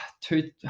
Two